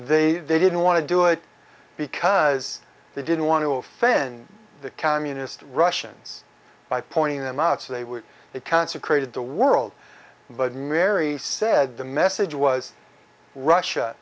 they they didn't want to do it because they didn't want to offend the communist russians by pointing them out so they were consecrated the world but mary said the message was russia